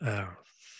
earth